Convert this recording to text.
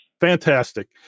Fantastic